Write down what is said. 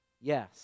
Yes